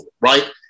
right